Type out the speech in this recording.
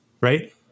right